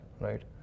right